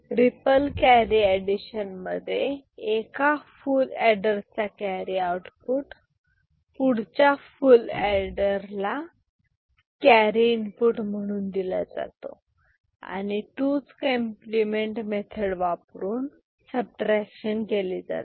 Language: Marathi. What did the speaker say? रिपल कॅरी एडिशन मध्ये एका फुल एडर चा कॅरी आउटपुट पुढच्या फुल एडर ला कॅरी इनपुट म्हणून दिला जातो आणि 2s complement 2s compliment method वापरून सबट्रॅक्शन केली जाते